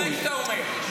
לפני שאתה עונה.